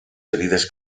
ferides